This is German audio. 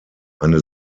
eine